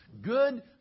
Good